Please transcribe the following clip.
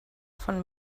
von